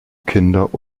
kinder